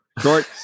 short